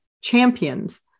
champions